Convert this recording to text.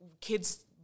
kids